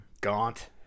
Gaunt